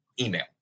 email